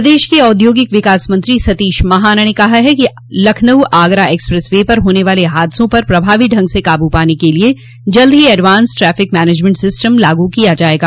प्रदेश के औद्योगिक विकास मंत्री सतीश महाना ने कहा है कि लखनऊ आगरा एक्सप्रेस वे पर होने वाले हादसों पर प्रभावी ढंग से काबू पाने के लिए जल्द ही एडवांस ट्रैफिक मैनेजमेंट सिस्टम लागू किया जायेगा